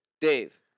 Dave